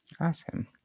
Awesome